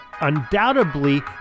undoubtedly